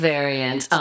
Variant